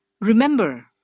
Remember